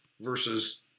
versus